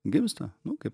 gimsta nu kaip